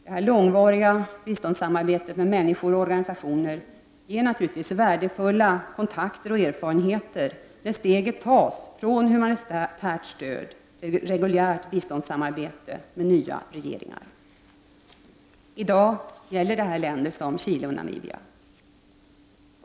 Detta långvariga biståndssamarbete med människor och organisationer ger naturligtvis värdefulla kontakter och erfarenheter när steget tas från humanitärt stöd till reguljärt biståndssamarbete med nya regeringar. I dag gäller det länder som Chile och Namibia.